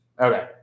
Okay